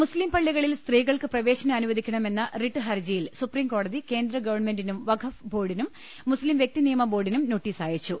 മുസ്ലിം പളളികളിൽ സ്ത്രീകൾക്ക് പ്രവേശനം അനുവദിക്ക ണമെന്ന റിട്ട് ഹർജിയിൽ സുപ്രീംകോടതി കേന്ദ്ര ഗവൺമെന്റിനും വഖഫ് ബോർഡിനും മുസ്ലിം വൃക്തിനിയമ ബോർഡിനും നോട്ടീസ് അയച്ചു